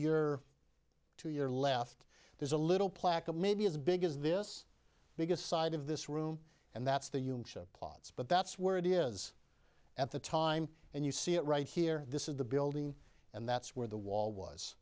your to your left there's a little plaque maybe as big as this biggest side of this room and that's the you plots but that's where it is at the time and you see it right here this is the building and that's where the wall was